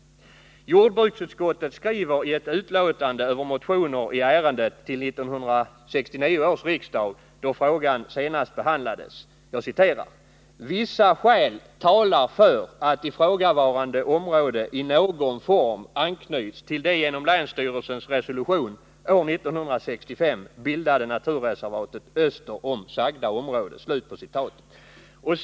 Jordbruksutskottet skriver i ett utlåtande över motioner i ärendet till 1969 års riksdag, då frågan senast behandlades, att ”vissa skäl talar för att ifrågavarande område i någon form anknyts till det inom länsstyrelsens resolution år 1965 bildade naturreservatet öster om sagda område”.